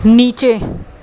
नीचे